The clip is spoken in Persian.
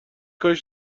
کاری